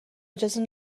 اجازه